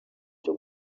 cyo